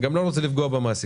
וגם לא רוצה לפגוע במעסיקים.